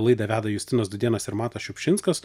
laidą veda justinas dudėnas ir matas šiupšinskas